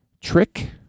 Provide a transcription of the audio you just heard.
trick